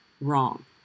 wrong